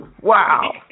Wow